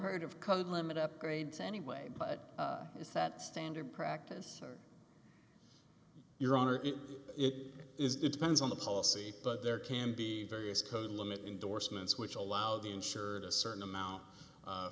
heard of code limit upgrades anyway but is that standard practice or your honor it is it depends on the policy but there can be various code limit endorsements which allow the insured a certain amount